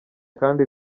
kandi